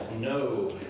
No